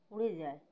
উড়ে যায়